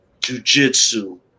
jujitsu